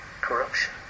corruption